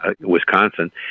Wisconsin